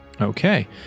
Okay